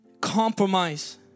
compromise